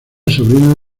sobrino